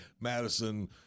Madison